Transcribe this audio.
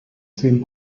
zehn